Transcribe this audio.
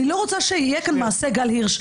אני לא רוצה שיהיה כאן מעשה גל הירש,